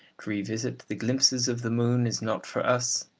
to revisit the glimpses of the moon is not for us.